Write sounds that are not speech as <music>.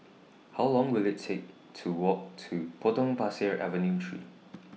How Long Will IT Take to Walk to Potong Pasir Avenue three <noise>